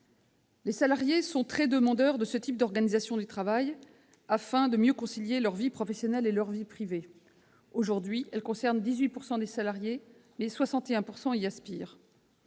Les salariés sont très demandeurs de ce type d'organisation du travail afin de mieux concilier leur vie professionnelle et leur vie privée. Aujourd'hui, il concerne 18 % des salariés et 61 % y aspirent.